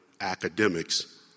academics